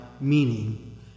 meaning